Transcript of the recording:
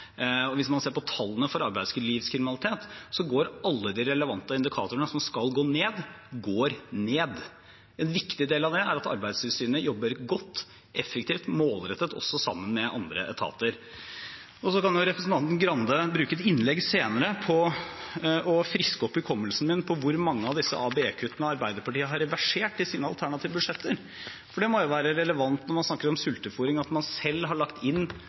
skal gå ned, går ned. En viktig del av det er at Arbeidstilsynet jobber godt, effektivt og målrettet, også sammen med andre etater. Representanten Grande kan jo bruke et innlegg senere på å friske opp hukommelsen min på hvor mange av disse ABE-kuttene Arbeiderpartiet har reversert i sine alternative budsjetter. For det må jo være relevant når man snakker om sultefôring, at man selv har lagt inn